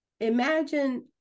imagine